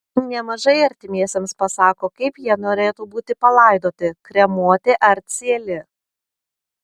nemažai artimiesiems pasako kaip jie norėtų būti palaidoti kremuoti ar cieli